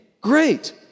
great